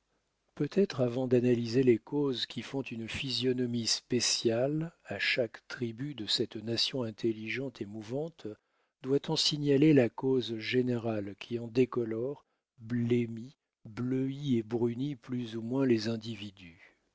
peut-être avant d'analyser les causes qui font une physionomie spéciale à chaque tribu de cette nation intelligente et mouvante doit-on signaler la cause générale qui en décolore blêmit bleuit et brunit plus ou moins les individus